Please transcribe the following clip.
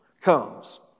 comes